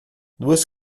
duas